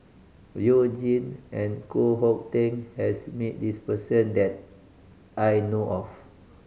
You Jin and Koh Hong Teng has meet this person that I know of